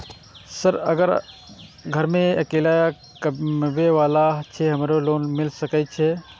Sir अगर घर में अकेला कमबे वाला छे हमरो के लोन मिल सके छे?